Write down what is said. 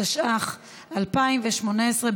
התשע"ח 2018,